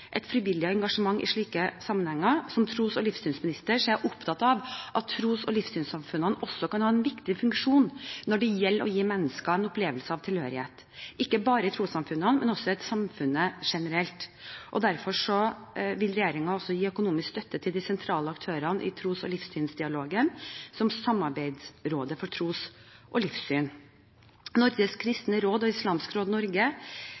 et frivillig engasjement i slike sammenhenger. Som tros- og livssynsminister er jeg opptatt av at tros- og livssynssamfunnene også kan ha en viktig funksjon når det gjelder å gi mennesker en opplevelse av tilhørighet – ikke bare i trossamfunnene, men også i samfunnet generelt. Derfor vil regjeringen også gi økonomisk støtte til de sentrale aktørene i tros- og livssynsdialogen, slik som Samarbeidsrådet for tros- og livssynssamfunn. Norges Kristne Råd og Islamsk Råd Norge